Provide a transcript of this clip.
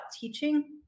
teaching